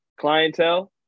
clientele